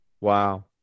wow